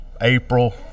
April